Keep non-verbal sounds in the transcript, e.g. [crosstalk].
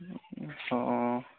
[unintelligible] অঁ